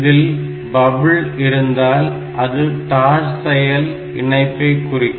இதில் பப்பிள் இருந்தால் அது தாழ் செயல் இணைப்பை குறிக்கும்